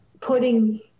putting